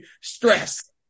stress